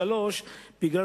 שלוש פעמים,